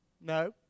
No